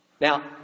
Now